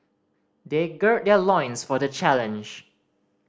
they gird their loins for the challenge